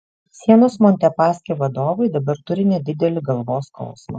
sienos montepaschi vadovai dabar turi nedidelį galvos skausmą